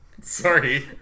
Sorry